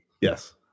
Yes